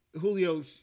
Julio